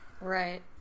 Right